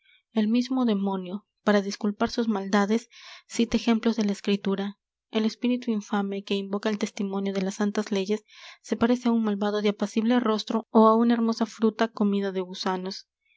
el mismo demonio para disculpar sus maldades cita ejemplos de la escritura el espíritu infame que invoca el testimonio de las santas leyes se parece á un malvado de apacible rostro ó á una hermosa fruta comida de gusanos